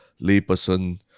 layperson